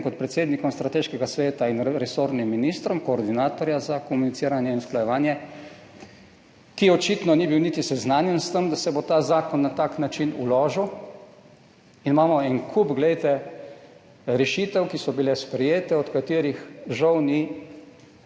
predsednikom strateškega sveta in resornim ministrom, koordinatorja za komuniciranje in usklajevanje, ki očitno ni bil niti seznanjen s tem, da se bo ta zakon na tak način vložil. Imamo en kup rešitev, ki so bile sprejete, od katerih žal ni